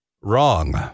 wrong